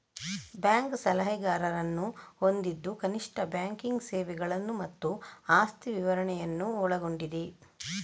bank ಸಲಹೆಗಾರರನ್ನು ಹೊಂದಿದ್ದು ಕನಿಷ್ಠ ಬ್ಯಾಂಕಿಂಗ್ ಸೇವೆಗಳನ್ನು ಮತ್ತು ಆಸ್ತಿ ನಿರ್ವಹಣೆಯನ್ನು ಒಳಗೊಂಡಿದೆ